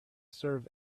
serve